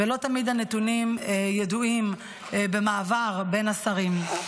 -- ולא תמיד הנתונים ידועים במעבר בין השרים.